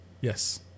Yes